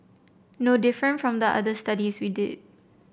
no different from the other studies we did